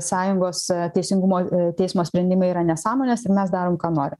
sąjungos teisingumo teismo sprendimai yra nesąmonės ir mes darome ką nori